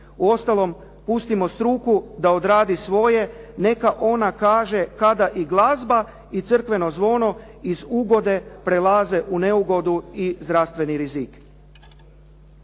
Uostalom pustimo struku da odradi svoje, neka ona kaže kada i glazba i crkveno zvono iz ugode prelaze u neugodu i zdravstveni rizik.